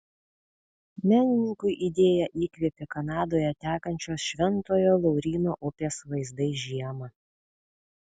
menininkui idėją įkvėpė kanadoje tekančios šventojo lauryno upės vaizdai žiemą